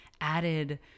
added